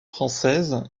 française